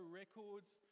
records